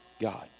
God